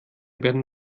werden